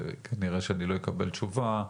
כנראה שלא אקבל תשובה,